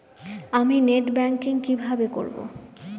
আমি net banking কিভাবে করব?